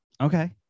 Okay